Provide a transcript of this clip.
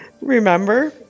Remember